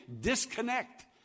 disconnect